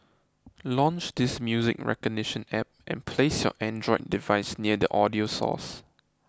launch this music recognition app and place your Android device near the audio source